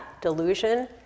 delusion